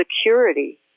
security